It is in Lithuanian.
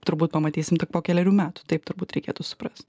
turbūt pamatysim tik po kelerių metų taip turbūt reikėtų suprast